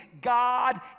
God